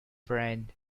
friend